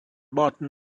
martin